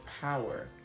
power